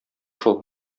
шул